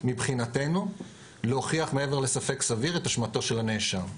מבחינתנו להוכיח מעבר לספק סביר את אשמתו של הנאשם.